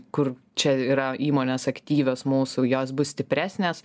kur čia yra įmonės aktyvios mūsų jos bus stipresnės